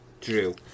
Drew